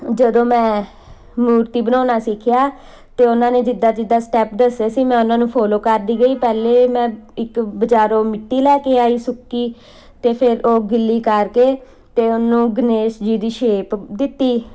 ਜਦੋਂ ਮੈਂ ਮੂਰਤੀ ਬਣਾਉਣਾ ਸਿੱਖਿਆ ਤਾਂ ਉਹਨਾਂ ਨੇ ਜਿੱਦਾਂ ਜਿੱਦਾਂ ਸਟੈਪ ਦੱਸੇ ਸੀ ਮੈਂ ਉਹਨਾਂ ਨੂੰ ਫੋਲੋ ਕਰਦੀ ਗਈ ਪਹਿਲੇ ਮੈਂ ਇੱਕ ਬਜ਼ਾਰੋਂ ਮਿੱਟੀ ਲੈ ਕੇ ਆਈ ਸੁੱਕੀ ਅਤੇ ਫੇਰ ਉਹ ਗਿੱਲੀ ਕਰਕੇ ਅਤੇ ਉਹਨੂੰ ਗਨੇਸ਼ ਜੀ ਦੀ ਸ਼ੇਪ ਦਿੱਤੀ